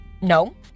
no